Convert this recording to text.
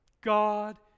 God